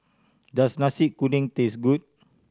does Nasi Kuning taste good